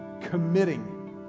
committing